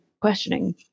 questioning